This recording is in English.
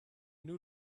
new